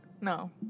no